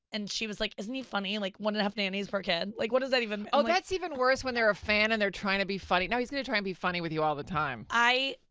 and she was like, isn't that funny? like, one and a half nannies for a kid. like, what does that even oh, that's even worse, when they're a fan and they're trying to be funny. now he's going to try and be funny with you all the time. i,